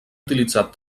utilitzat